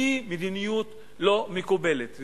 היא מדיניות לא מקובלת.